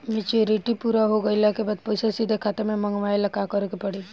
Maturity पूरा हो गइला के बाद पईसा सीधे खाता में मँगवाए ला का करे के पड़ी?